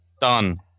Done